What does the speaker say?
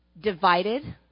divided